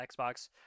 Xbox